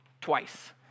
twice